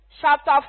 chapter